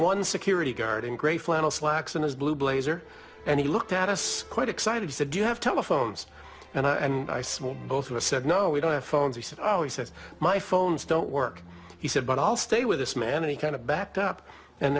one security guard in gray flannel slacks in his blue blazer and he looked at us quite excited said you have telephones and i and i small both of us said no we don't have phones he said oh he said my phones don't work he said but i'll stay with this man any kind of backed up and